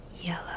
yellow